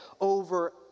over